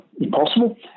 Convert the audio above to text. impossible